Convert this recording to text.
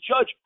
judge